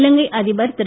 இலங்கை அதிபர் திரு